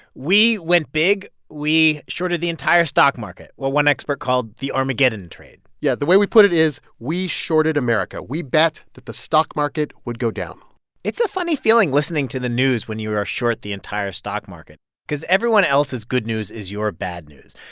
we went big. we shorted the entire stock market what one expert called the armageddon trade yeah, the way we put it is, we shorted america. we bet that the stock market would go down it's a funny feeling, listening to the news when you are short the entire stock market cause everyone else's good news is your bad news.